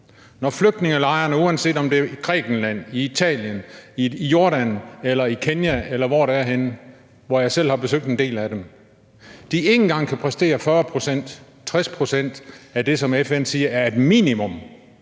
Når flygtningelejrene, uanset om det er i Grækenland, i Italien, i Jordan eller i Kenya, hvor jeg selv har besøgt en del af dem, eller hvor det er henne, ikke engang kan præstere 40 pct., 60 pct. af det, som FN siger er et minimum,